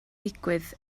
digwydd